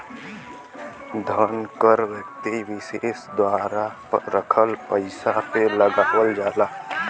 धन कर व्यक्ति विसेस द्वारा रखल पइसा पे लगावल जाला